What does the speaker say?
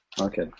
Okay